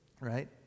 right